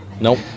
Nope